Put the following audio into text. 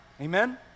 amen